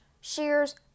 shears